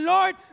Lord